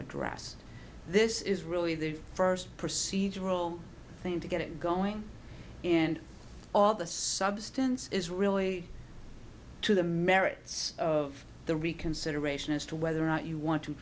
addressed this is really the first procedural thing to get it going and all the substance is really to the merits of the reconsideration as to whether or not you want to